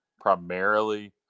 primarily